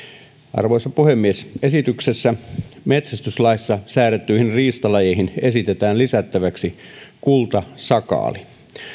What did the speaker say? arvoisa puhemies esityksessä metsästyslaissa säädettyihin riistalajeihin esitetään lisättäväksi kultasakaali